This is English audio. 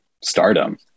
stardom